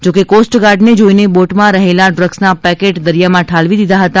જો કે કોસ્ટગાર્ડને જોઇને બોટમાં રહેલા ડ્રગ્સના પેકેટ દરિયામાં ઠાલવી દીધા હતા